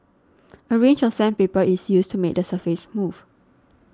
a range of sandpaper is used to make the surface smooth